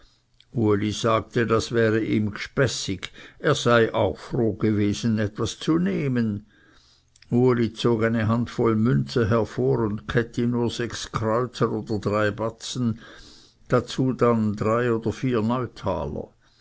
sagte das wäre ihm gspässig er sei auch froh gewesen etwas zu nehmen uli zog eine handvoll münze hervor und käthi nur sechs kreuzer oder drei batzen dazu dann drei oder vier neutaler